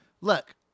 look